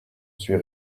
suis